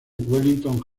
wellington